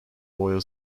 loyal